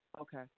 Okay